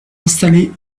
installés